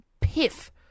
piff